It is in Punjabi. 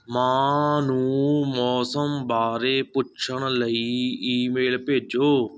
ਮਾਂ ਨੂੰ ਮੌਸਮ ਬਾਰੇ ਪੁੱਛਣ ਲਈ ਈਮੇਲ ਭੇਜੋ